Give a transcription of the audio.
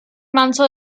manso